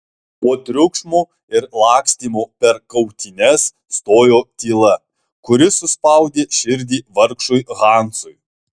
po triukšmo ir lakstymo per kautynes stojo tyla kuri suspaudė širdį vargšui hansui